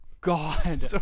God